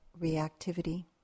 reactivity